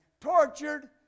tortured